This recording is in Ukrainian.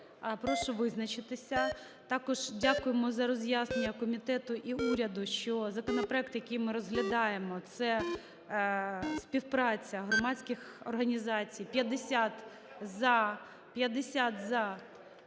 прошу визначитися. Також дякуємо за роз'яснення комітету і уряду, що законопроект, який ми розглядаємо, - це співпраця громадських організацій. 13:44:20